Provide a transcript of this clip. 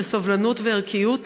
של סובלנות וערכיות,